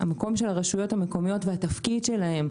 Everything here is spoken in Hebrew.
המקום של הרשויות המקומיות והתפקיד שלהן,